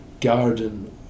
garden